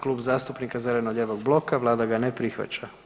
Klub zastupnika zeleno-lijevog bloka, Vlada ga ne prihvaća.